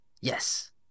Yes